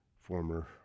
former